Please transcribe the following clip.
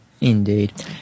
Indeed